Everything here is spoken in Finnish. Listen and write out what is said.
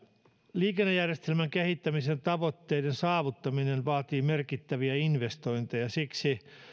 liikennejärjestelmän kehittämisen tavoitteiden saavuttaminen vaatii merkittäviä investointeja siksi